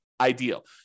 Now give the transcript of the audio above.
ideal